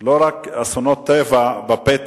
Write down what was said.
לא רק אסונות טבע בפתח.